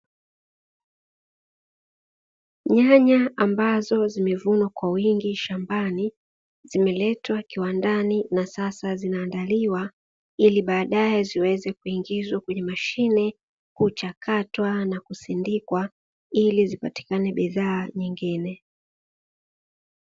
Nyanya ambazo zimevunwa kwa wingi shambani, zimeletwa kiwandani na sasa zinaandaliwa ili baadae ziweze kuingizwa kwenye mashine kuchakatwa na kusindikwa ili zipatikane bidhaa nyingine.